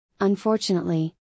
Unfortunately